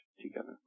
together